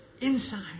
inside